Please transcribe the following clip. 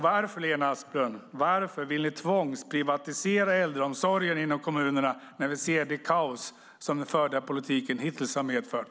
Varför, Lena Asplund, vill ni tvångsprivatisera äldreomsorgen i kommunerna? Vi ser ju vilket kaos som den förda politiken hittills medfört.